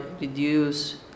reduce